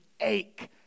ache